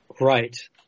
Right